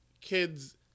kids